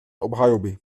obhajoby